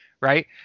right